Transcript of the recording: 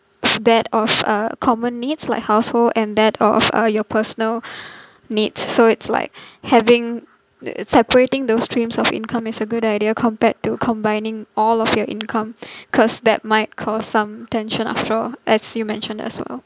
that of uh common needs like household and that of uh your personal needs so it's like having the separating those streams of income is a good idea compared to combining all of your income cause that might cause some tension after all as you mentioned as well